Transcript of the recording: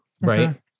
right